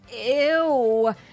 Ew